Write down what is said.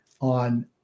on